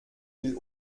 will